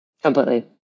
Completely